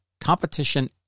Competition